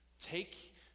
Take